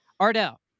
Ardell